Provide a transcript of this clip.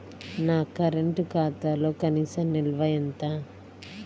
నా కరెంట్ ఖాతాలో కనీస నిల్వ ఎంత?